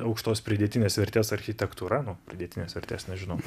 aukštos pridėtinės vertės architektūra nu pridėtinės vertės nežinau